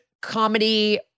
comedy